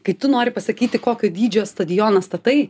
kai tu nori pasakyti kokio dydžio stadioną statai